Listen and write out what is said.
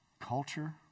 culture